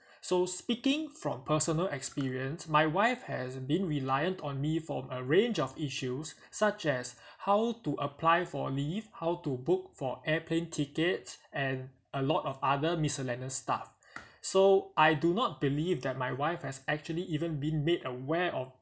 so speaking from personal experience my wife has been reliant on me from a range of issues such as how to apply for leave how to book for air plane ticket and a lot of other miscellaneous stuff so I do not believe that my wife has actually even been made aware of